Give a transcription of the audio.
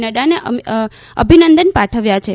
નફાને અભિનંદન પાઠવ્યાં છે